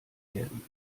werden